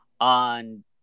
on